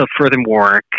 furthermore